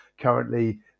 currently